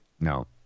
No